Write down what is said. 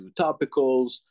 topicals